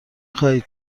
خواهید